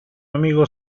amigo